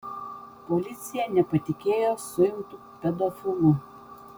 policija nepatikėjo suimtu pedofilu